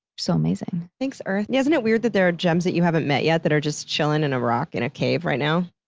so amazing. thanks earth! yeah isn't it weird that there are gems that you haven't met yet that are just chillin' in a rock in a cave right now?